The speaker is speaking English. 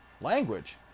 language